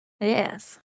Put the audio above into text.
Yes